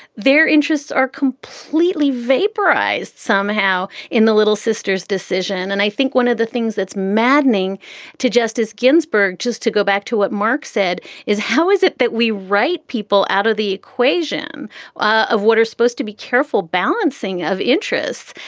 their interests are completely vaporized somehow in the little sisters decision. and i think one of the things that's maddening to justice ginsburg, just to go back to what mark said is how is it that we write people out of the equation of what are supposed to be careful balancing of interests?